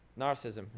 Narcissism